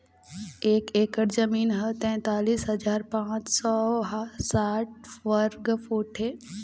एक एकर जमीन ह तैंतालिस हजार पांच सौ साठ वर्ग फुट हे